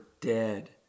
dead